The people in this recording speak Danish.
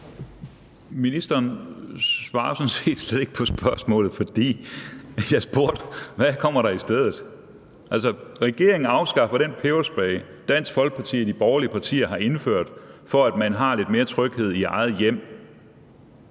Ministeren svarer sådan set slet ikke på spørgsmålet, for jeg spurgte: Hvad kommer der i stedet? Altså, regeringen afskaffer den lov om peberspray, Dansk Folkeparti og de borgerlige partier har indført, for at man har lidt mere tryghed i eget hjem.